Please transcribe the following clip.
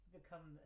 become